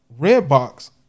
Redbox